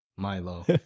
Milo